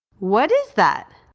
what is that?